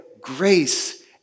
grace